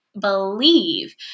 Believe